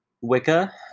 Wicca